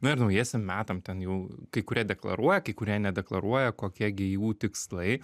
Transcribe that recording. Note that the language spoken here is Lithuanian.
nu ir naujiesiem metam ten jau kai kurie deklaruoja kai kurie nedeklaruoja kokie gi jų tikslai